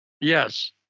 Yes